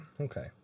Okay